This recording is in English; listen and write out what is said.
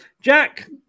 Jack